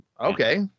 okay